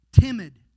timid